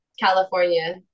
california